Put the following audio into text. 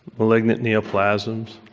malignant neoplasms,